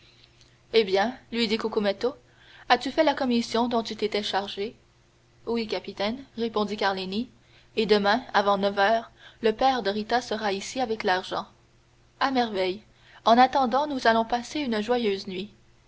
eh bien lui dit cucumetto as-tu fait la commission dont tu t'étais chargé oui capitaine répondit carlini et demain avant neuf heures le père de rita sera ici avec l'argent à merveille en attendant nous allons passer une joyeuse nuit